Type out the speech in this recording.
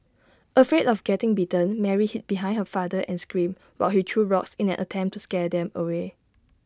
afraid of getting bitten Mary hid behind her father and screamed while he threw rocks in an attempt to scare them away